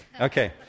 Okay